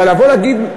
אבל לבוא ולהגיד,